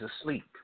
asleep